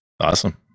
awesome